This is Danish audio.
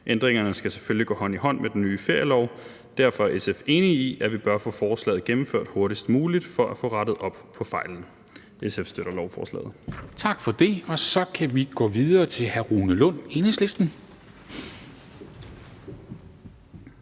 Ændringerne skal selvfølgelig gå hånd i hånd med den nye ferielov. Derfor er SF enig i, at vi bør få forslaget gennemført hurtigst muligt for at få rettet op på fejlen. SF støtter lovforslaget. Kl. 13:10 Formanden (Henrik Dam Kristensen): Tak for det, og så kan vi gå videre til hr. Rune Lund, Enhedslisten.